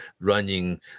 running